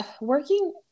working